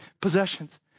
possessions